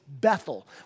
Bethel